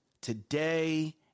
today